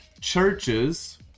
churches